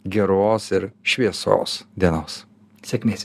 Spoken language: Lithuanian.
geros ir šviesos dienos sėkmės